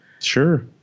Sure